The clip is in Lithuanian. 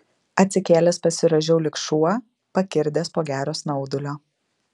atsikėlęs pasirąžiau lyg šuo pakirdęs po gero snaudulio